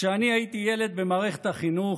כשאני הייתי ילד במערכת החינוך,